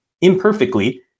imperfectly